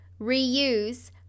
reuse